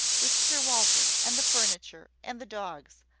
with sir walter, and the furniture, and the dogs,